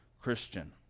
Christian